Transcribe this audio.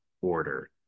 order